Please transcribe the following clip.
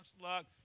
luck